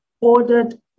Ordered